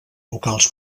locals